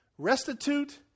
restitute